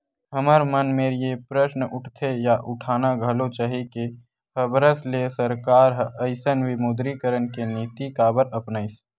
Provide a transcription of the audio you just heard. हमर मन मेर ये प्रस्न उठथे या उठाना घलो चाही के हबरस ले सरकार ह अइसन विमुद्रीकरन के नीति काबर अपनाइस?